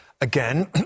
again